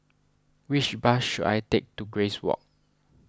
which bus should I take to Grace Walk